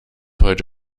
heute